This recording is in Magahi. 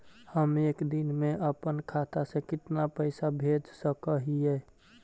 हम एक दिन में अपन खाता से कितना पैसा भेज सक हिय?